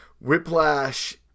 Whiplash